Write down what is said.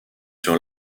sur